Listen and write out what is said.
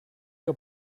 que